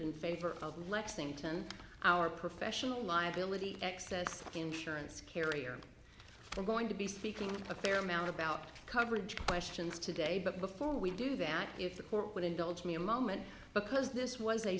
in favor of lexington our professional liability excess insurance carrier and we're going to be speaking with a fair amount about coverage questions today but before we do that if the court would indulge me a moment because this was a